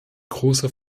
großer